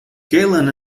galen